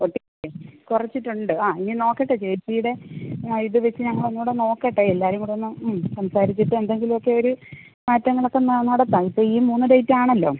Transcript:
okay കുറച്ചിട്ടുണ്ട് ആ ഇനി നോക്കട്ടെ ചേച്ചിയുടെ ആ ഇത് വച്ച് ഞങ്ങൾ ഒന്നുകൂടി നോക്കട്ടെ എല്ലാവരും കൂടെയൊന്ന് സംസാരിച്ചിട്ട് എന്തെങ്കിലുമൊക്കെ ഒരു മാറ്റങ്ങളൊക്കെ നടത്താം ഇപ്പോൾ ഈ മൂന്ന് ഡെയ്റ്റാണല്ലോ